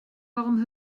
warum